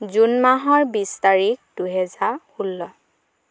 June মাহৰ বিছ তাৰিখ দুহাজাৰ ষোল্ল